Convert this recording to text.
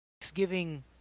Thanksgiving